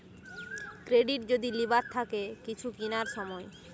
credit যদি লিবার থাকে কিছু কিনার সময়